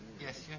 Yes